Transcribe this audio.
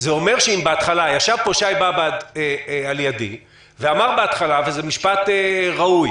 זה אומר שאם בהתחלה שי באב"ד אמר פה וזה משפט ראוי